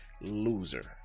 loser